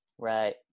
Right